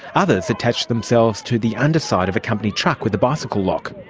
others attached themselves to the underside of a company truck with a bicycle lock.